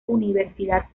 universidad